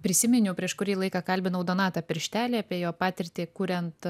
prisiminiau prieš kurį laiką kalbinau donatą pirštelį apie jo patirtį kuriant